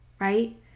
Right